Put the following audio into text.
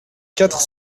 quatre